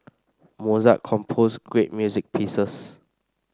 Mozart composed great music pieces